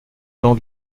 land